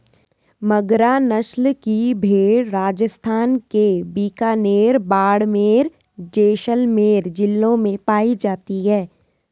मगरा नस्ल की भेंड़ राजस्थान के बीकानेर, बाड़मेर, जैसलमेर जिलों में पाई जाती हैं